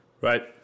right